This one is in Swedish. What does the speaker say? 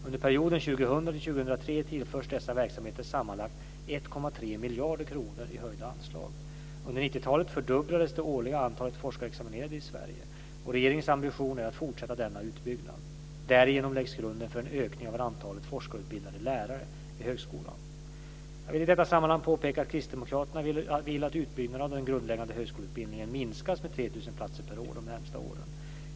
Under perioden 2000-2003 tillförs dessa verksamheter sammanlagt 1,3 miljarder kronor i höjda anslag. Under 1990-talet fördubblades det årliga antalet forskarexaminerade i Sverige, och regeringens ambition är att fortsätta denna utbyggnad. Därigenom läggs grunden för en ökning av antalet forskarutbildade lärare i högskolan Jag vill i detta sammanhang påpeka att Kristdemokraterna vill att utbyggnaden av den grundläggande högskoleutbildningen minskas med 3 000 platser per år de närmaste åren.